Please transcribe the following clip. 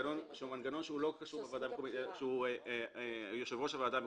מנגנון שלא קשור ליושב-ראש הוועדה המקומית.